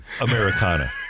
Americana